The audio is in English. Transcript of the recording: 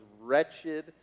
wretched